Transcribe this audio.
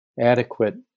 adequate